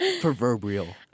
Proverbial